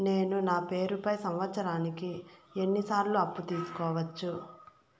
నేను నా పేరుపై సంవత్సరానికి ఎన్ని సార్లు అప్పు తీసుకోవచ్చు?